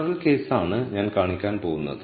general കേസാണ് ഞാൻ കാണിക്കാൻ പോവുന്നത്